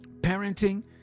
Parenting